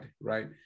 right